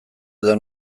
edo